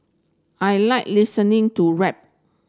I like listening to rap